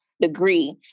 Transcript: degree